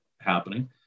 happening